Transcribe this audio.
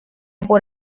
por